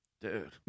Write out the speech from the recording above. dude